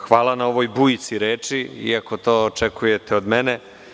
Hvala na ovoj bujici reči, i ako to očekujete od mene.